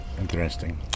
interesting